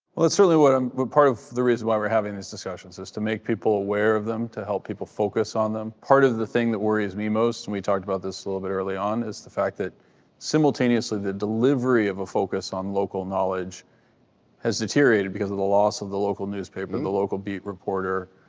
well, that's um but part of the reason why we're having these discussions, is to make people aware of them, to help people focus on them. part of the thing that worries me most and we talked about this a little bit early on, is the fact that simultaneously, the delivery of a focus on local knowledge has deteriorated because of the loss of the local newspapers and the local beat reporter,